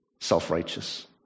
self-righteous